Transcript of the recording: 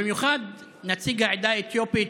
במיוחד נציג העדה האתיופית,